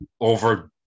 over